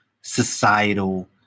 societal